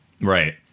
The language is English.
Right